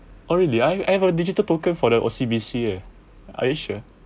oh really I I have a digital token for the O_C_B_C eh are you sure